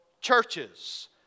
churches